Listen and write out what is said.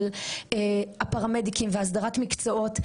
של הפרמדיקים והסדרת מקצועות,